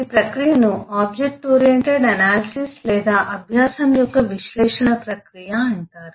ఈ ప్రక్రియను object oriented analysis లేదా అభ్యాసం యొక్క విశ్లేషణ ప్రక్రియ అంటారు